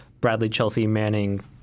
Bradley-Chelsea-Manning